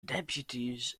deputies